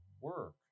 work